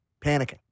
panicking